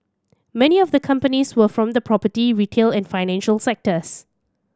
many of the companies were from the property retail and financial sectors